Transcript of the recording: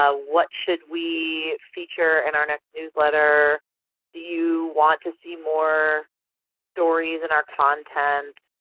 ah what should we feature in our next newsletter? do you want to see more stories in our content?